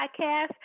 podcast